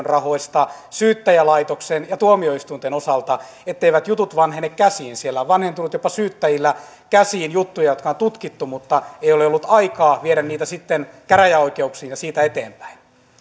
rahoista syyttäjälaitoksen ja tuomioistuinten osalta etteivät jutut vanhene käsiin siellä on vanhentunut jopa syyttäjillä käsiin juttuja jotka on tutkittu mutta ei ole ollut aikaa viedä niitä sitten käräjäoikeuksiin ja siitä eteenpäin